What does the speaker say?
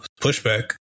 pushback